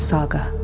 Saga